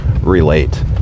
relate